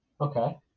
Okay